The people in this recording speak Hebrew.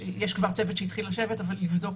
אני מניחה, יש כבר צוות שהתחיל לשבת ולבדוק